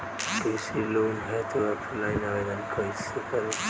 कृषि लोन हेतू ऑफलाइन आवेदन कइसे करि?